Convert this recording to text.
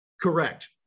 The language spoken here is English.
Correct